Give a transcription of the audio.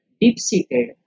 deep-seated